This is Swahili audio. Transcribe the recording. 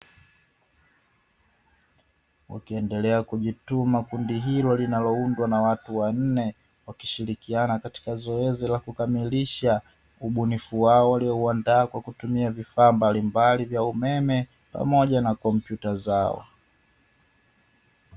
Wakiendelea kujituma kundi hilo linaloundwa na watu wanne, wakishirikiana katika zoezi la kukamilisha ubunifu wao; waliouandaa kwa kutumia vifaa mbalimbali vya umeme, pamoja na kompyuta zao.